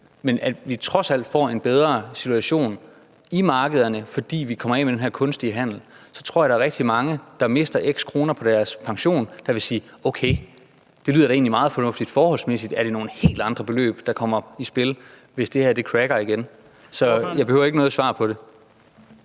og at vi trods alt får en bedre situation i markederne, fordi vi kommer af med den her kunstige handel, så er der rigtig mange, der mister x kroner af deres pension, som vil sige: Okay, det lyder da egentlig meget fornuftigt. Forholdsmæssigt er det nogle helt andre beløb, der kommer i spil, hvis det her crasher igen. Jeg behøver ikke noget svar på det.